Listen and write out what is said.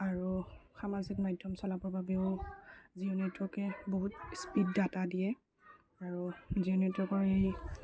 আৰু সামাজিক মাধ্যম চলাবৰ বাবেও জিঅ' নেটৱৰ্কে বহুত স্পীড ডাটা দিয়ে আৰু জিঅ' নেটৱৰ্কৰ এই